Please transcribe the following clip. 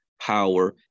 power